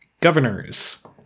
Governors